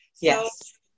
yes